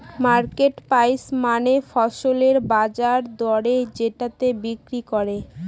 market price মানে ফসলের বাজার দরে যেটাতে বিক্রি করে